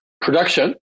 production